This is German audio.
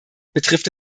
betrifft